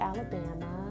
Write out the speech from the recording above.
Alabama